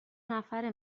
نفره